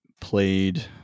played